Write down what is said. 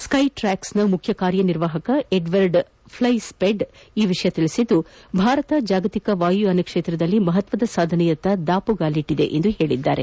Skytrax ನ ಮುಖ್ಯ ಕಾರ್ಯನಿರ್ವಾಹಕ ಎಡ್ವರ್ಡ್ ಪ್ಲೈಸ್ಟೆಡ್ ಈ ವಿಷಯ ತಿಳಿಸಿದ್ದು ಭಾರತ ಜಾಗತಿಕ ವಾಯುಯಾನ ಕ್ಷೇತ್ರದಲ್ಲಿ ಮಹತ್ವದ ಸಾಧನೆಯತ್ತ ದಾಪುಗಾಲಿಟ್ಟಿದೆ ಎಂದು ಹೇಳಿದ್ದಾರೆ